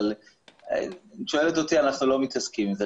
אבל אם את שואלת אותי אנחנו לא מתעסקים עם זה,